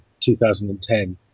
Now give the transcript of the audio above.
2010